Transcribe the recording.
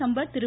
Sampath Thiru